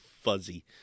fuzzy